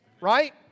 Right